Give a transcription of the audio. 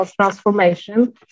transformation